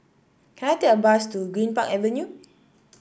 can I take a bus to Greenpark Avenue